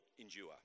endure